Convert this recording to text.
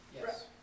Yes